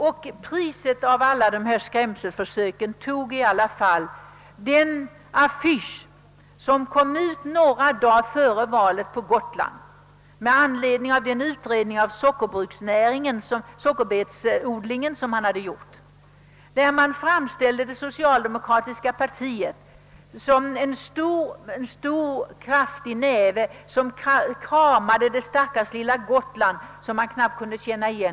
Men toppen på alla dessa skrämselförsök var ändå en affisch, som kom ut på Gotland några dagar före valet med anledning av den genomförda utredningen om sockerbetsodlingen. På denna affisch framställdes det socialdemokratiska partiet som en stor och kraftig näve, vilken kramade samman det stackars lilla Gotland, nästan till oigenkännlighet.